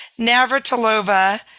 Navratilova